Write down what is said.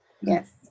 yes